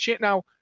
Now